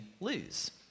lose